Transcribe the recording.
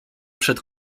przed